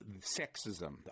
sexism